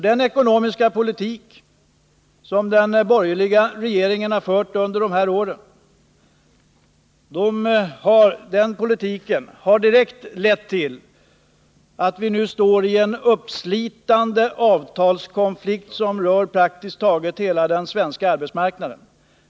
Den ekonomiska politik som den borgerliga regeringen har fört under senare år har direkt lett till att vi nu står mitt i en uppslitande avtalskonflikt som rör praktiskt taget hela den svenska arbetsmarknaden.